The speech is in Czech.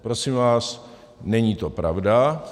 Prosím vás, není to pravda.